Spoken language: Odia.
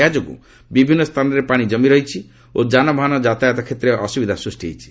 ଏହାଯୋଗୁଁ ବିଭିନ୍ନ ସ୍ଥାନରେ ପାଣି ଜମିରହିଛି ଓ ଯାନବାହନ ଯାତାୟତ କ୍ଷେତ୍ରରେ ଅସୁବିଧା ସୃଷ୍ଟି ହୋଇଛି